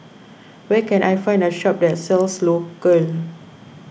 where can I find a shop that sells Isocal